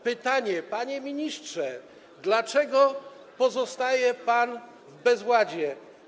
Pytanie: Panie ministrze, dlaczego pozostaje pan w bezładzie?